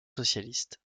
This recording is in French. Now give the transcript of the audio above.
socialistes